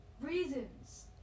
reasons